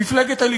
מפלגת הליכוד.